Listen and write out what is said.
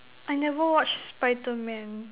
I never watch Spiderman